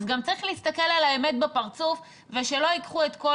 אז גם צריך להסתכל על האמת בפרצוף ושלא ייקחו את כל